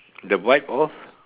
the vibe of